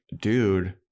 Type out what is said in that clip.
dude